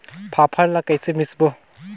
फाफण ला कइसे मिसबो?